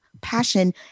passion